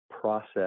process